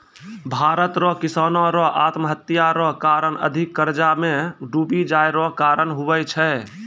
भारत रो किसानो रो आत्महत्या रो कारण अधिक कर्जा मे डुबी जाय रो कारण हुवै छै